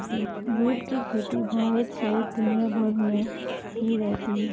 जुट की खेती भारत सहित दुनियाभर में की जाती है